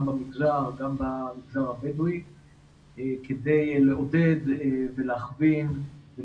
גם במגזר, גם במגזר הבדואי כדי לעודד ולהכווין.